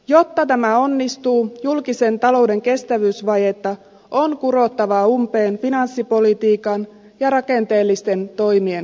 jotta tämä onnistuu julkisen talouden kestävyysvajetta on kurottava umpeen finanssipolitiikan ja rakenteellisten toimien avulla